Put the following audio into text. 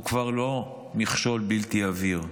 הוא כבר לא מכשול בלתי עביר.